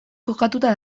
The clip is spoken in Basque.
kokatuta